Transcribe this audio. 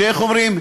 איך אומרים,